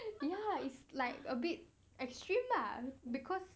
ya is like a bit extreme lah because